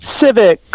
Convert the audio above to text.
civic